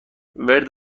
ورد